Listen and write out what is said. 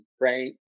right